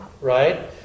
right